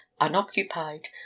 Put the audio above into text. unoccupied